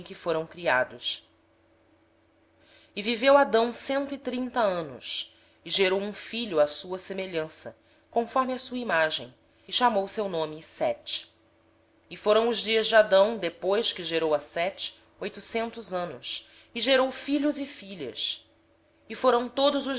foram criados adão viveu cento e trinta anos e gerou um filho à sua semelhança conforme a sua imagem e pôs-lhe o nome de sete e foram os dias de adão depois que gerou a sete oitocentos anos e gerou filhos e filhas todos os